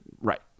Right